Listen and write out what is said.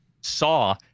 saw